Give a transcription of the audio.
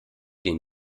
den